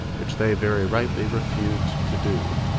which they very rightly refused to do.